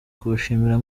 kubashimira